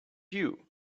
you